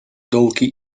dołki